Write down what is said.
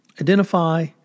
identify